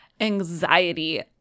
anxiety